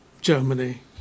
Germany